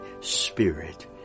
Spirit